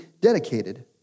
dedicated